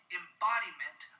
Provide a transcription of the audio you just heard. embodiment